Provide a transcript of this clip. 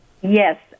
Yes